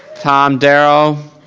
tom darrow.